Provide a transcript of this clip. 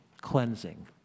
cleansing